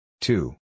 Two